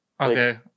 Okay